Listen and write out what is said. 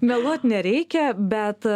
meluot nereikia bet